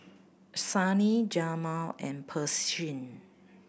Sunny Jamal and Pershing